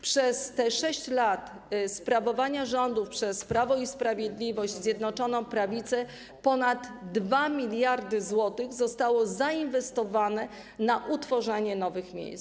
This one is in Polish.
Przez 6 lat sprawowania rządów przez Prawo i Sprawiedliwość, Zjednoczoną Prawicę ponad 2 mld zł zostało zainwestowane na utworzenie nowych miejsc.